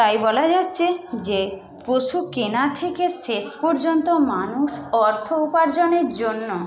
তাই বলা যাচ্ছে যে পশু কেনা থেকে শেষ পর্যন্ত মানুষ অর্থ উপার্জনের জন্য